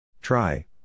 Try